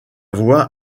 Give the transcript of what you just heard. voix